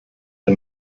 der